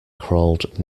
crawled